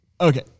Okay